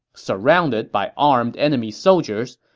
surrounded by armed enemy soldiers,